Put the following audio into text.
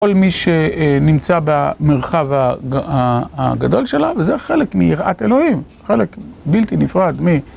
כל מי שנמצא במרחב הגדול שלה, וזה חלק מיראת אלוהים, חלק בלתי נפרד מ...